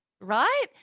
Right